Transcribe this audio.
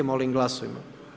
Molim glasujmo.